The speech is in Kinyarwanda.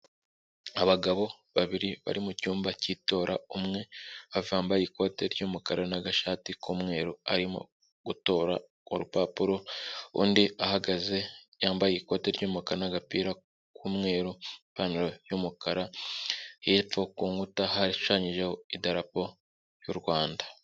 Abagabo babiri bari mu cyumba cy'itora umwe wambaye ikote ry'umukara n'agashati k'umweru arimo gutora urupapuro, undi ahagaze yambaye ikoti ry'umukara n'agapira k'umweru ipantaro y'umukara hepfo ku nkuta hashushanyijeho idarapo ry'u Rwanda.